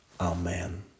Amen